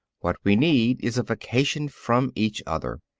what we need is a vacation from each other.